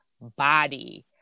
body